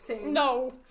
No